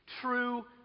true